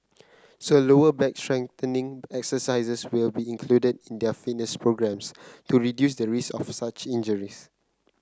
so lower back strengthening exercises will be included in their fitness programs to reduce the risk of such injuries